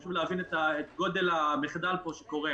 חשוב להבין את גודל המחדל שקורה פה